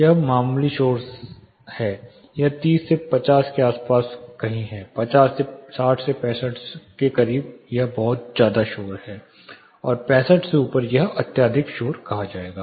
यह मामूली शोर से शोर है यह 30 से 50 के आसपास के बीच है 50 से 60 65 के करीब यह बहुत शोर है और 65 से ऊपर यह अत्याधिक शोर कहा जाएगा